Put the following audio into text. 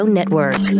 Network